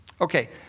Okay